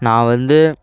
நான் வந்து